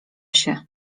się